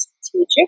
strategic